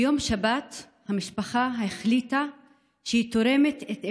ביום שבת המשפחה החליטה שהיא תורמת את איבריו,